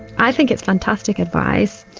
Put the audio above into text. i think it's fantastic advice.